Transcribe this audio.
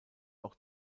auch